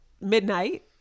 midnight